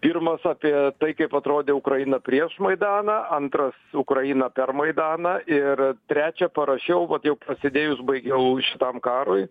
pirmas apie tai kaip atrodė ukraina prieš maidaną antras ukraina per maidaną ir trečią parašiau vat jau prasidėjus baigiau šitam karui